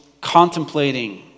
contemplating